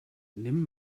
nimm